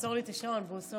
תעצור לי את השעון, בוסו.